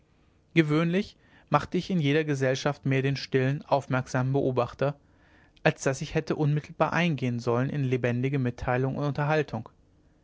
gewöhnlich machte ich in jeder gesellschaft mehr den stillen aufmerksamen beobachter als daß ich hätte unmittelbar eingehen sollen in lebendige mitteilung und unterhaltung